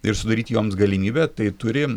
ir sudaryti joms galimybę tai turi